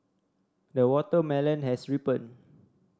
the watermelon has ripened